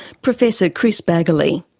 professor chris baggoley.